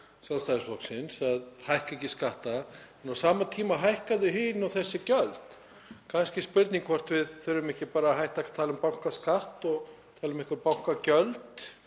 Sjálfstæðisflokksins að hækka ekki skatta en á sama tíma hækka þau hin og þessi gjöld. Kannski er spurning hvort við þurfum ekki bara að hætta að tala um bankaskatt og tala um bankagjöld.